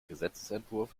gesetzesentwurf